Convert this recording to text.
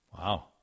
Wow